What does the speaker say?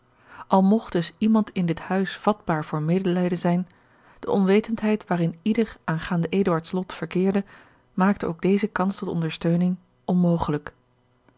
al mogt dus iemand in dit huis vatbaar voor medelijden zijn de onwetendheid waarin ieder aangaande eduard's lot verkeerde maakte ook deze kans tot ondersteuning onmogelijk